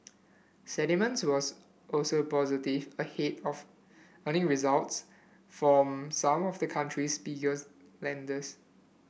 sentiment was also positive ahead of earning results from some of the country's biggest lenders